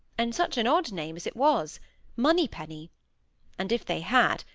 and such an odd name as it was moneypenny and if they had,